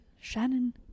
Shannon